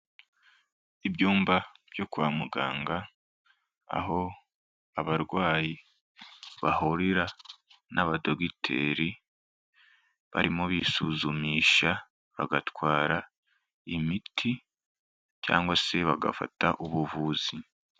Ibyumba byo kwa muganga aho abarwayi bahurira n'abadogiteri barimo bisuzumisha bagatwara imiti cyangwa se bagafata ubuvuzi.